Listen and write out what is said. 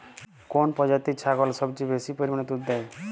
কোন প্রজাতির ছাগল সবচেয়ে বেশি পরিমাণ দুধ দেয়?